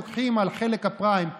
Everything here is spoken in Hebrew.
יוצאים לעבוד מייד לוקחים להם את האבטלה.